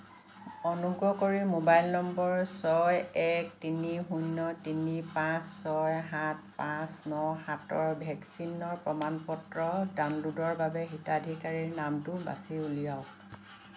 অনুগ্ৰহ কৰি mobile number ছয় এক তিনি শূণ্য তিনি পাঁচ ছয় সাত পাঁচ ন সাতৰ ভেকচিনৰ প্ৰমাণ পত্ৰ ডাউনলোডৰ বাবে হিতাধিকাৰীৰ নামটো বাছি উলিয়াওক